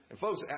Folks